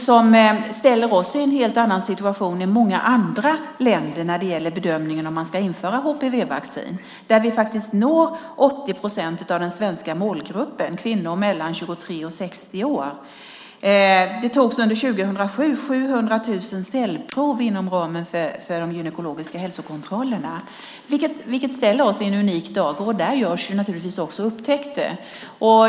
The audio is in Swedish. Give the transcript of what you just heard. Det ställer oss i en helt annan situation än många andra länder när det gäller bedömningen av om man ska införa HPV-vaccin. Vi når faktiskt 80 procent av den svenska målgruppen, kvinnor mellan 23 och 60 år. Under 2007 togs det 700 000 cellprov inom ramen för de gynekologiska hälsokontrollerna, vilket ställer oss i en unik dager. Där görs naturligtvis också upptäckter.